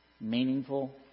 Meaningful